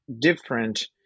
different